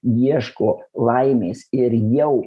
ieško laimės ir jau